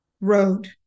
road